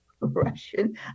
Russian